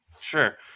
Sure